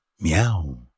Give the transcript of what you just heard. meow